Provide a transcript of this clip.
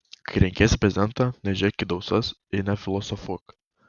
kai renkiesi prezidentą nežiūrėk į dausas ir nefilosofuok